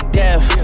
death